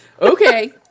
Okay